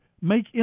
Make